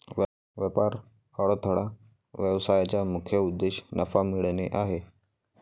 व्यापार अडथळा व्यवसायाचा मुख्य उद्देश नफा मिळवणे आहे